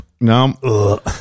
no